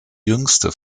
jüngste